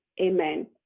Amen